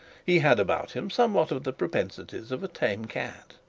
he had about him somewhat of the propensities of a tame cat.